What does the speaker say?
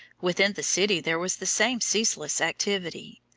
within the city there was the same ceaseless activity.